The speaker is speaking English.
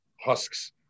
husks